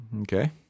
okay